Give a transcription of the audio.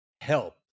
help